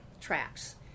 tracks